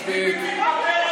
מספיק.